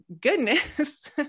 goodness